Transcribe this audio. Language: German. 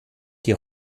die